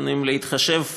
אם להתחשב